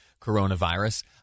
coronavirus